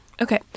Okay